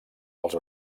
els